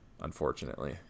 Unfortunately